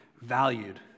valued